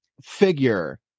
figure